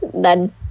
Done